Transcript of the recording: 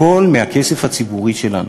הכול מהכסף הציבורי שלנו.